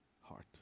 heart